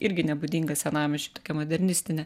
irgi nebūdinga senamiesčiui tokia modernistinė